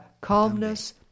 calmness